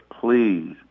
please